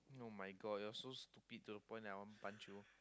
[oh]-my-god you are so stupid to the point that I want to punch you